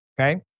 okay